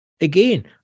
Again